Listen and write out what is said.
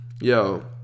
Yo